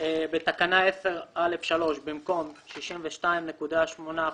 בתקנה 10(א)(3) במקום "62.8%"